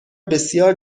بسیار